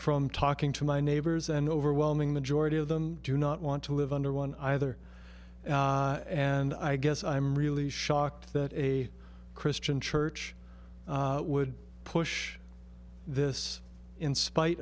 from talking to my neighbors an overwhelming majority of them do not want to live under one either and i guess i'm really shocked that a christian church would push this in spite